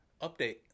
update